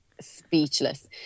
speechless